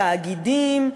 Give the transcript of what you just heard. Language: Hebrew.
תאגידים,